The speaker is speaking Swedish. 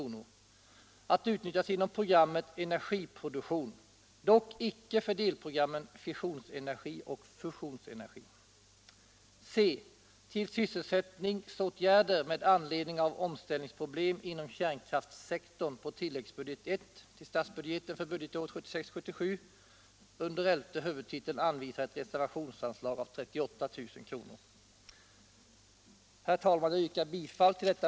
Vpk för sin del tar konsekvenserna av detta.